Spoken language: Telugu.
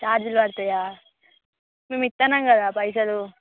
చార్జ్లు పడతాయా మేము ఇస్తున్నాం కదా పైసలు